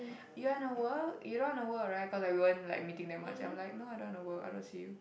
you want to work you don't want to work right cause like we won't like meeting that much I'm like no I don't want to work I don't want to see you